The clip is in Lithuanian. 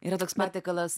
yra toks patiekalas